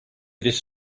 this